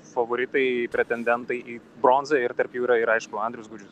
favoritai pretendentai į bronzą ir tarp jų yra ir aišku andrius gudžius